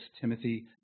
Timothy